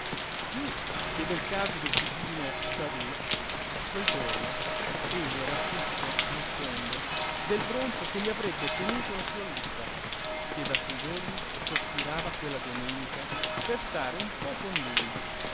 piú che del caso del cugino zarú quel giorno egli era afflitto in fondo del broncio che gli avrebbe tenuto la sua luzza che da sei giorni sospirava quella domenica per stare un po con lui